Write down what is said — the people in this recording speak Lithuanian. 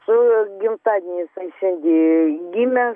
su gimtadieniu jisai gi gimė